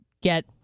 get